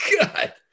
God